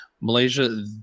Malaysia